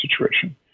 situation